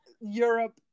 Europe